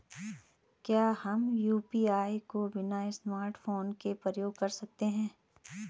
क्या हम यु.पी.आई को बिना स्मार्टफ़ोन के प्रयोग कर सकते हैं?